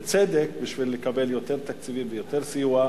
בצדק, כדי לקבל יותר תקציבים ויותר סיוע.